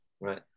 right